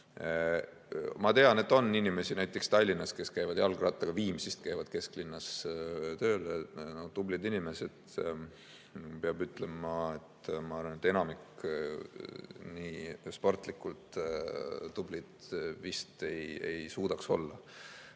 tean, et on inimesi, näiteks Tallinnas, kes käivad jalgrattaga Viimsist kesklinna tööle. Tublid inimesed, peab ütlema. Ma arvan, et enamik nii sportlikult tublid vist ei suudaks olla.